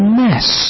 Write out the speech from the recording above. mess